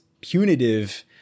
punitive